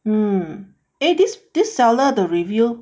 mm eh this this seller the review